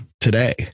today